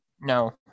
No